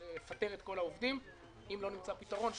ולפטר את כל העובדים אם לא נמצא פתרון.